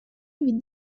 with